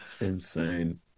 Insane